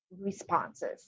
responses